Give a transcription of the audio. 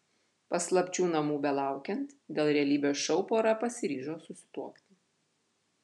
paslapčių namų belaukiant dėl realybės šou pora pasiryžo susituokti